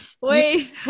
Wait